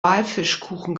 walfischkuchen